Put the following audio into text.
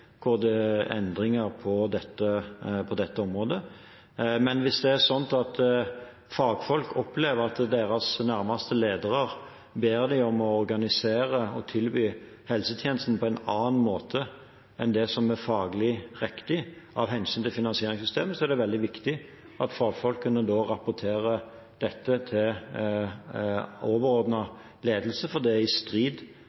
endringer på dette området. Men hvis det er sånn at fagfolk opplever at deres nærmeste ledere ber dem organisere og tilby helsetjenesten på en annen måte enn det som er faglig riktig av hensyn til finansieringssystemet, er det viktig at fagfolkene rapporterer dette til